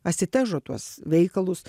asitežo tuos veikalus